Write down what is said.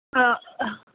ਅਹ